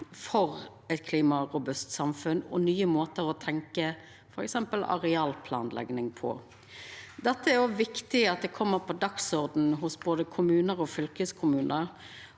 for eit klimarobust samfunn og for nye måtar å tenkja f.eks. arealplanlegging på. Det er viktig at dette kjem på dagsordenen hos både kommunar og fylkeskommunar,